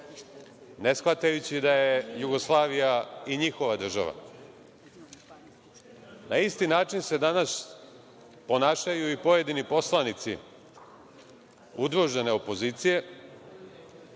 ne shvatajući da je Jugoslavija i njihova država. Na isti način se danas ponašaju i pojedini poslanici udružene opozicije